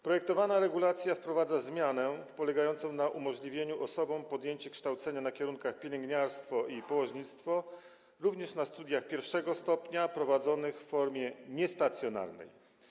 Projektowana regulacja wprowadza zmianę polegającą na umożliwieniu osobom podjęcie kształcenia na kierunkach: pielęgniarstwo i położnictwo, jak również na studiach pierwszego stopnia prowadzonych w formie niestacjonarnej.